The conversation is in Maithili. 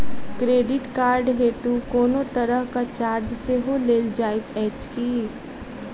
क्रेडिट कार्ड हेतु कोनो तरहक चार्ज सेहो लेल जाइत अछि की?